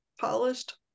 polished